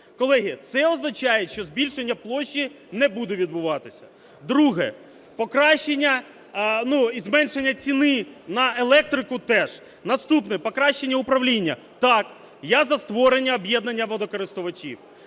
Колеги, це означає, що збільшення площі не буде відбуватися. Друге. Покращення і зменшення ціни на електрику теж. Наступне. Покращення управління. Так, я за створення об'єднання водокористувачів,